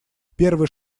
первый